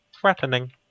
threatening